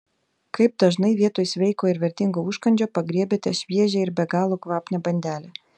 kaip dažnai vietoj sveiko ir vertingo užkandžio pagriebiate šviežią ir be galo kvapnią bandelę